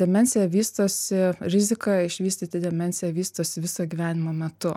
demencija vystosi rizika išvystyti demenciją vystosi viso gyvenimo metu